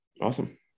Awesome